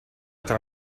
tra